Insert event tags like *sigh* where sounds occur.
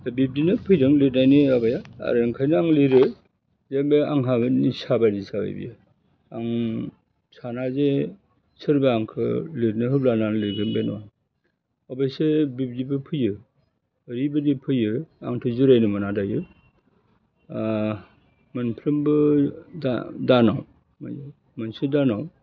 दा बिब्दिनो *unintelligible* लिरनायनि जाबाय आरो ओंखायनो आं लिरो जे बे आंहाबो निसा बादि जाबाय बियो आं साना जे सोरबा आंखो लिरनो होब्लानो आं लिरगोन बे नङा अबेसे बिब्दिबो फैयो ओरैबायदि फैयो आंथ जिरायनो मोना दायो मोनफ्रोमबो दा दानाव बैयो मोनसे दानाव